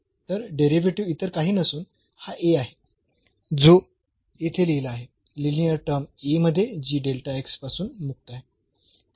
तर डेरिव्हेटिव्ह इतर काही नसून हा A आहे जो येथे लिहला आहे लिनीअर टर्म A मध्ये जी पासून मुक्त आहे